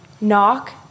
Knock